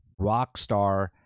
Rockstar